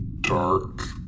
dark